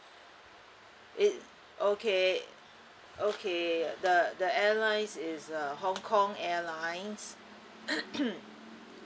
it okay okay the the airline is uh hong kong airlines